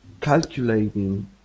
calculating